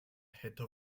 hätte